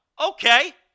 Okay